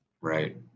Right